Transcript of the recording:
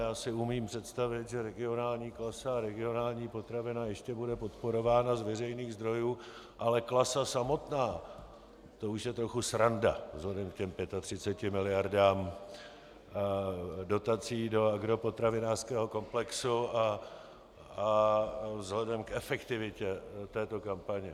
Já si umím představit, že Regionální klasa a Regionální potravina ještě bude podporována z veřejných zdrojů, ale Klasa samotná, to už je trochu sranda vzhledem k těm 35 miliardám dotací do agropotravinářského komplexu a vzhledem k efektivitě této kampaně.